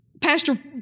Pastor